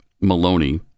Maloney